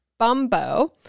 Bumbo